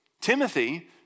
Timothy